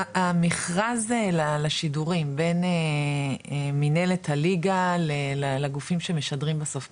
המכרז לשידורים בין מנהלת הליגה לגופים שמשדרים בסוף,